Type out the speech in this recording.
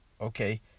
okay